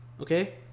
Okay